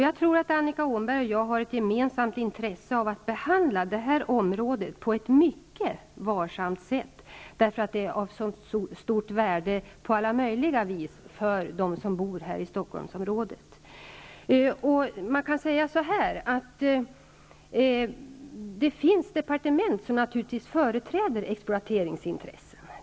Jag tror att Annika Åhnberg och jag har ett gemensamt intresse av att det här området behandlas på ett mycket varsamt sätt, eftersom det är av så stort värde på alla möjliga vis för dem som bor här i Stockholmsområdet. Man kan säga att det naturligtvis finns departe ment som företräder exploateringsintressen.